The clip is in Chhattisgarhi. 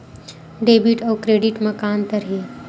डेबिट अउ क्रेडिट म का अंतर हे?